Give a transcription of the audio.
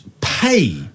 pay